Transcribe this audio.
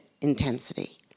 intensity